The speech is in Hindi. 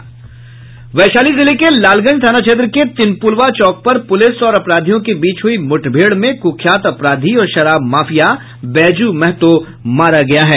वैशाली जिले के लालगंज थाना क्षेत्र के तीनपुलवा चौक पर पुलिस और अपराधियों के बीच हुई मुठभेड़ में कुख्यात अपराधी और शराब माफिया बैजू महतो मारा गया है